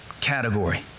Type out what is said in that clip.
category